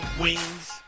wings